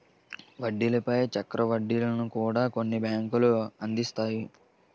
వడ్డీల పై చక్ర వడ్డీలను కూడా కొన్ని బ్యాంకులు అందిస్తాయి